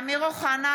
אמיר אוחנה,